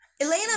elena